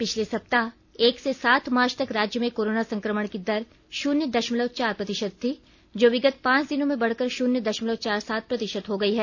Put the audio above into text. पिछले सप्ताह एक से सात मार्च तक राज्य में कोरोना संकमण की दर शुन्य दशमलव चार प्रतिशत थी जो विगत पांच दिनों में बढ़कर शुन्य दशमलव चार सात प्रतिशत हो गई है